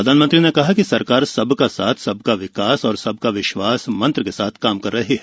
प्रधानमंत्री ने कहा कि सरकार सबका साथ सबका विकास और सबका विश्वास मंत्र के साथ काम कर रही है